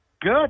Good